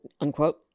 unquote